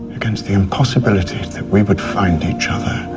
against the possibility that we would find each other